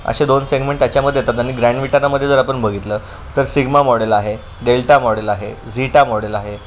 असे दोन सेगमेंट त्याच्यामध्ये येतात आणि ग्रँड विटारामध्ये जर आपण बघितलं तर सिग्मा मॉडेल आहे डेल्टा मॉडेल आहे झिटा मॉडेल आहे